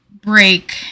break